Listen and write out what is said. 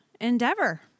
endeavor